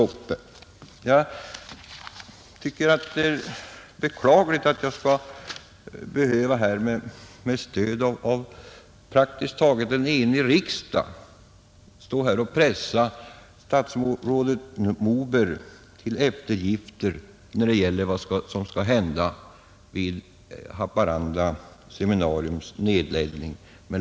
130 Jag tycker att det är beklagligt att jag trots stöd av en praktiskt taget enig riksdag skall behöva stå här och pressa statsrådet Moberg till eftergift — Nr 88 när det gäller vad som skall hända med lärarna och lokalerna vid Måndagen den Haparanda seminariums nedläggning.